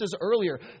earlier